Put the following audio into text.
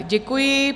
Děkuji.